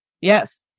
Yes